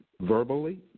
verbally